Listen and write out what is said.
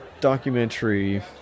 documentary